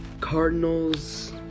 Cardinals